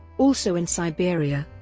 also in siberia.